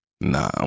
Nah